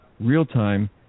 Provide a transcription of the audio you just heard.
real-time